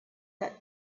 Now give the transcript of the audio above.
that